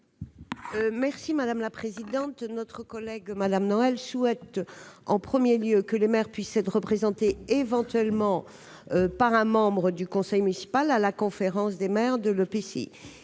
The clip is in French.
l'avis de la commission ? Notre collègue souhaite en premier lieu que les maires puissent être représentés éventuellement par un membre du conseil municipal à la conférence des maires de l'EPCI.